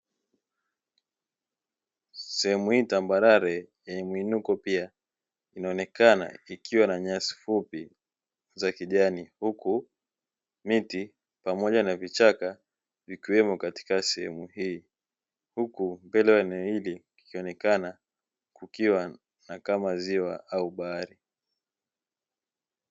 Sehemu hii tambarare yenye miinuko pia inaonekana ikiwa na nyasi fupi za kijani, huku miti pamoja na vichaka vikiwemo katika sehemu hii, huku mbele ya eneo hili ikionekana kukiwa na kama ziwa au bahari.